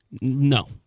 No